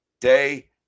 day